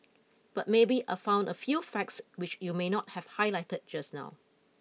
but maybe I found a few facts which you may not have highlighted just now